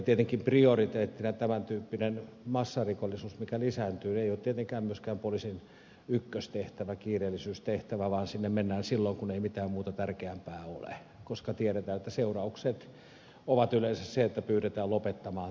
tietenkin prioriteettina tämän tyyppinen massarikollisuus mikä lisääntyy ei ole tietenkään myöskään poliisin ykköstehtävä kiireellisyystehtävä vaan sinne mennään silloin kun ei mitään muuta tärkeämpää ole koska tiedetään että seuraus on yleensä se että pyydetään lopettamaan toiminta